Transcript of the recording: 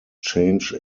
change